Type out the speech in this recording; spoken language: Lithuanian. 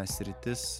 ta sritis